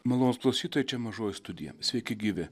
malonūs klausytojai čia mažoji studija sveiki gyvi